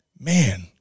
man